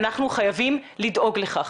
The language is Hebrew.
אנחנו חייבים לדאוג לכך.